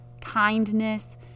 kindness